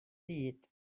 byd